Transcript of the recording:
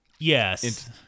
Yes